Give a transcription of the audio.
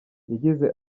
yagize